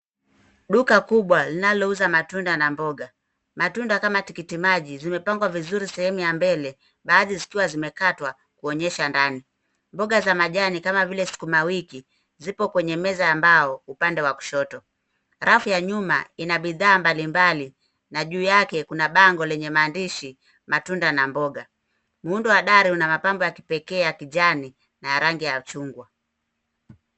Duka kubwa linalouza matunda na mboga. Matunda kama tikiti maji zimepangwa vizuri sehemu ya mbele, baadhi zikiwa zimekatwa kuonyesha ndani. Mboga za majani kama vile sukuma wiki zipo kwenye meza ambao upande wa kushoto. Rafu ya nyuma ina bidhaa mbalimbali na juu yake kuna bango lenye maandishi Matunda na mboga. Muundo hadhari una mapambo ya kipekee ya kijani na ya rangi ya uchungwa.